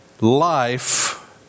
Life